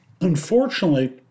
Unfortunately